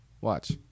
Watch